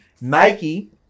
Nike